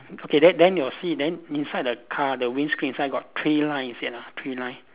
okay then then your see then inside the car the windscreen inside got three line is it ah three line